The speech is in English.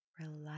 Relax